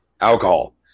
Alcohol